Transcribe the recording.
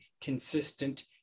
consistent